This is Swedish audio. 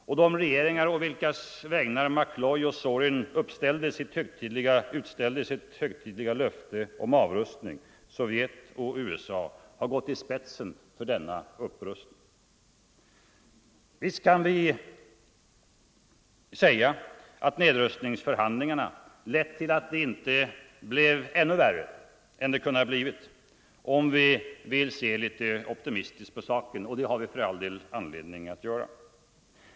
Och de regeringar å vilkas vägnar McCloy och Zorin utställde sitt högtidliga löfte om avrustning, Sovjet och USA, har gått i spetsen för denna upprustning. Visst kan vi säga att nedrustningsförhandlingarna lett till att det inte blev ännu värre än det har blivit, om vi vill se litet optimistiskt på saken, och det har vi för all del anledning att göra.